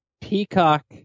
Peacock